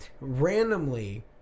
Randomly